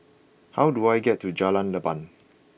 how do I get to Jalan Leban